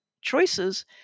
choices